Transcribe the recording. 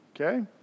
Okay